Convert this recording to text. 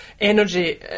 energy